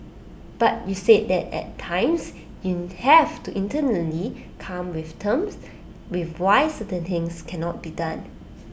but you said that at times you have to internally come with terms with why certain things cannot be done